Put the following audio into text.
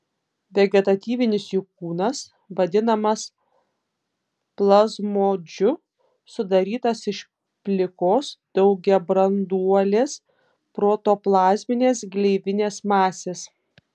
vegetatyvinis jų kūnas vadinamas plazmodžiu sudarytas iš plikos daugiabranduolės protoplazminės gleivinės masės